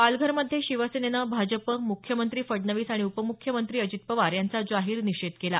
पालघरमध्ये शिवसेनेनं भाजप मुख्यमंत्री फडणवीस आणि उपमुख्यमंत्री अजित पवार यांचा जाहीर निषेध केला